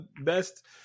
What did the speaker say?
best